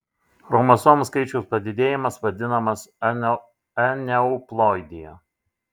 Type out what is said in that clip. chromosomų skaičiaus padidėjimas vadinamas aneuploidija